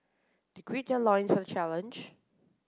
they gird their loins for the challenge